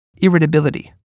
irritability